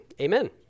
Amen